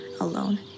alone